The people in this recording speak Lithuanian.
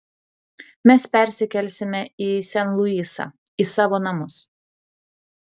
mes persikelsime į sen luisą į savo namus